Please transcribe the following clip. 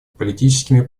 политическими